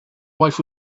wife